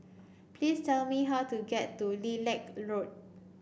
please tell me how to get to Lilac Road